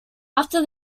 after